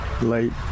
late